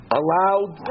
allowed